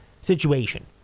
situation